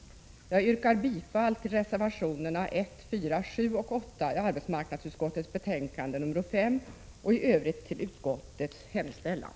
Jag yrkar bifall till reservationerna 1, 4, 7 och 8 till arbetsmarknadsutskottets betänkande nr 5 och i övrigt till utskottets hemställan.